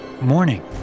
Morning